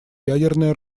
ядерное